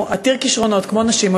הוא עתיר כישרונות, כמו נשים.